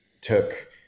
took